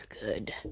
Good